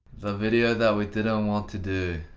the video that we didn't um want to do.